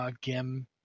Gim